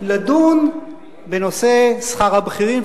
לדון בנושא שכר הבכירים.